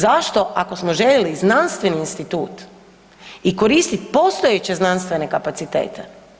Zašto ako smo željeli znanstveni institut i koristit postojeće znanstvene kapacitete?